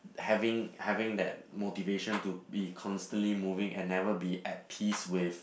having having that motivation to be constantly moving and never be at peace with